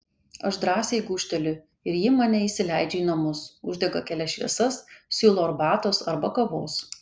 aš drąsiai gūžteliu ir ji mane įsileidžia į namus uždega kelias šviesas siūlo arbatos arba kavos